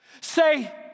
Say